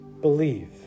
believe